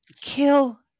Kill